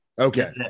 Okay